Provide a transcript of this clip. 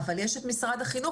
אבל יש את משרד החינוך.